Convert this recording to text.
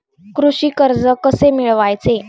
कृषी कर्ज कसे मिळवायचे?